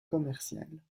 commerciale